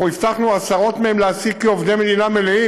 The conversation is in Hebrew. אנחנו הבטחנו להעסיק עשרות מהם כעובדי מדינה מלאים,